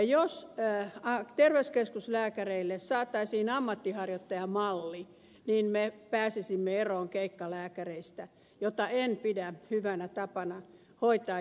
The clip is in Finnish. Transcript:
jos terveyskeskuslääkäreille saataisiin ammatinharjoittajamalli niin me pääsisimme eroon keikkalääkäreistä jota en pidä hyvänä tapana hoitaa julkista terveydenhoitoa